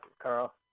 Carl